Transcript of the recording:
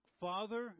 Father